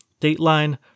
Dateline